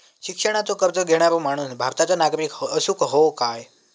शिक्षणाचो कर्ज घेणारो माणूस भारताचो नागरिक असूक हवो काय?